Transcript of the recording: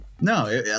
No